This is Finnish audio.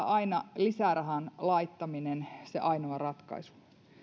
aina pelkästään lisärahan laittaminen se ainoa ratkaisu